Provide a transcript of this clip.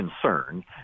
concern